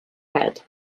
head